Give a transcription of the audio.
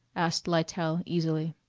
asked lytell easily.